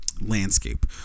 landscape